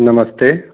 नमस्ते